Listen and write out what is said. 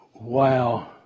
Wow